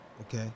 Okay